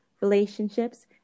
relationships